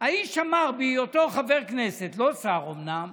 האיש אמר בהיותו חבר כנסת, לא שר, אומנם,